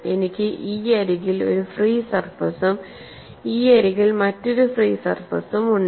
എനിക്ക് ഈ അരികിൽ ഒരു ഫ്രീ സർഫസും ഈ അരികിൽ മറ്റൊരു ഫ്രീ സർഫസും ഉണ്ട്